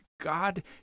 God